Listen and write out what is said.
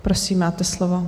Prosím, máte slovo.